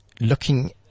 looking